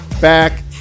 back